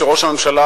שראש הממשלה